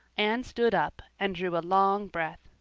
anne stood up and drew a long breath.